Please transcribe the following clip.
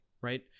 right